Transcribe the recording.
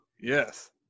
yes